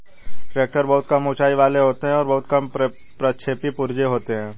tractor बहुत कम ऊँचाई वाले होते हैं और बहुत कम प्रक्षेपी पुर्जे होते हैं